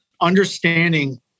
understanding